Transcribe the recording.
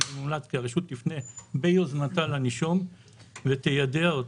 עוד מומלץ כי הרשות תפנה ביוזמתה לנישום ותיידע אותו,